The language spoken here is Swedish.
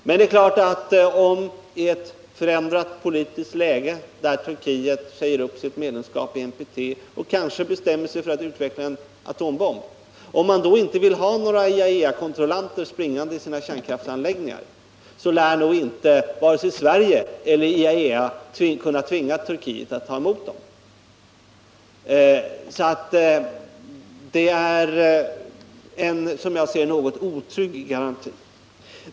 Men det är klart att i ett förändrat politiskt läge, där Turkiet säger upp sitt medlemskap i NPT samt kanske bestämmer sig för att utveckla en atombomb och då inte vill ha några IAEA-kontrollanter springande i sina kärnkraftsanläggningar, lär inte vare sig Sverige eller IAEA kunna tvinga Turkiet att ta emot kontrollanterna. Det är sålunda, som jag ser det, en något otrygg garanti.